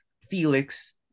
felix